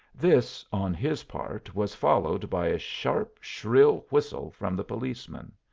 this, on his part, was followed by a sharp, shrill whistle from the policeman.